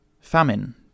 famine